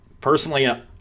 personally